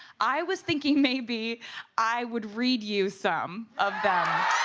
i was thinking maybe i would read you some of them.